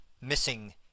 missing